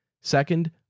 Second